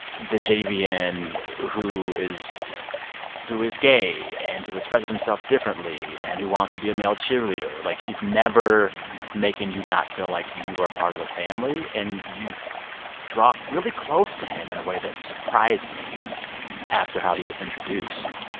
the jvn and who is who is gay and who expresses himself differently and who wants to be a male cheerleader. like, he's never making you not feel like you are part of the family. and you draw really close to him in a way that surprised me after how he was introduced.